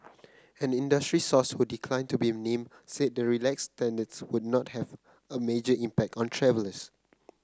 an industry source who declined to be named said the relaxed standards would not have a major impact on travellers